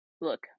look